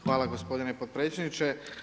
Hvala gospodine potpredsjedniče.